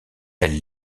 elle